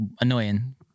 annoying